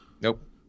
nope